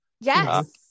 Yes